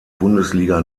bundesliga